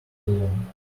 long